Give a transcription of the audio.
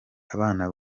abana